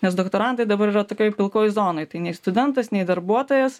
nes doktorantai dabar yra tokioj pilkoj zonoj tai nei studentas nei darbuotojas